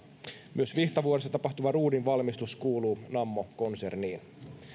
myös vihtavuoressa tapahtuva ruudinvalmistus kuuluu nammo konserniin